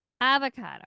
Avocado